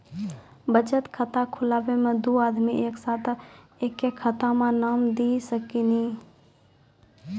बचत खाता खुलाए मे दू आदमी एक साथ एके खाता मे नाम दे सकी नी?